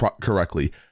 correctly